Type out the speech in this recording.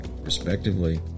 respectively